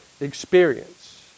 Experience